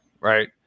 right